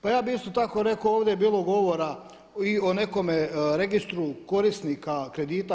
Pa ja bih isto tako rekao ovdje je bilo govora i o nekome registru korisnika kredita